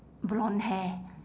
blonde hair